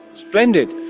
splendid.